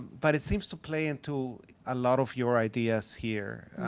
but it seems to play into a lot of your ideas here.